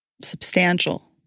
substantial